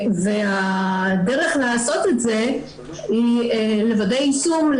הדרך לעשות את זה היא לוודא יישום,